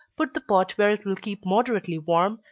put the pot where it will keep moderately warm,